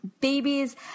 babies